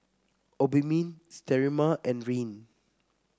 Obimin Sterimar and Rene